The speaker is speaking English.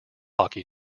hockey